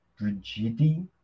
Brigidi